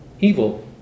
evil